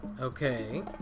Okay